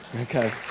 Okay